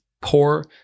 poor